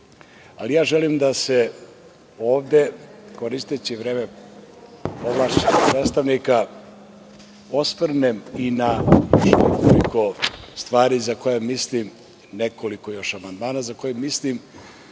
Želim da se ovde, koristeći vreme ovlašćenog predstavnika, osvrnem i na nekoliko stvari za koje mislim, još nekoliko amandmana, za koje mislim